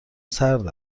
سرد